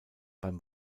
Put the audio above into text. beim